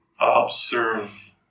observe